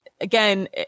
Again